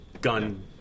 gun